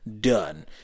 done